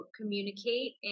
communicate